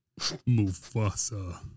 Mufasa